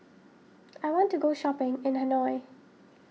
I want to go shopping in Hanoi